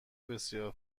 بسیار